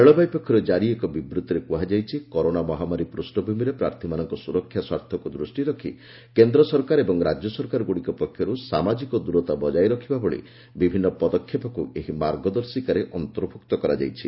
ରେଳବାଇ ପକ୍ଷରୁ ଜାରି ଏକ ବିବୃତ୍ତିରେ କୁହାଯାଇଛି କରୋନା ମହାମାରୀ ପୂଷଭୂମିରେ ପ୍ରାର୍ଥୀମାନଙ୍କ ସୁରକ୍ଷା ସ୍ୱାର୍ଥକୁ ଦୃଷ୍ଟିରେ ରଖି କେନ୍ଦ୍ର ସରକାର ଏବଂ ରାଜ୍ୟ ସରକାରଗୁଡ଼ିକ ପକ୍ଷରୁ ସାମାଜିକ ଦୂରତା ବଜାୟ ରଖିବା ଭଳି ବିଭିନ୍ନ ପଦକ୍ଷେପକୁ ଏହି ମାର୍ଗଦର୍ଶିକାରେ ଅନ୍ତର୍ଭୁକ୍ତ କରାଯାଇଛି